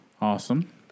Awesome